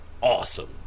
awesome